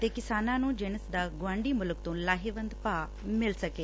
ਅਤੇ ਕਿਸਾਨਾਂ ਦੀ ਜਿਣਸ ਦਾ ਗੁਆਂਢੀ ਮੁਲਕ ਤੋਂ ਲਾਹੇਵੰਦ ਭਾਅ ਮਿਲ ਸਕੇ